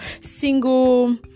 single